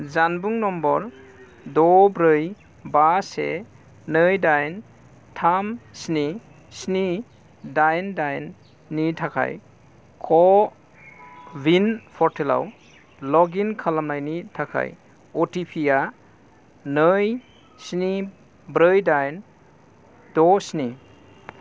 जानबुं नम्बर द' ब्रै बा से नै दाइन थाम स्नि स्नि दाइन दाइन नि थाखाय क'विन पर्टेलाव लगइन खालामनायनि थाखाय अथिपि आ नै स्नि ब्रै दाइन द' स्नि